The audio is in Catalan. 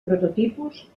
prototipus